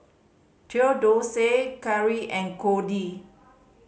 Theodosia Cary and Codi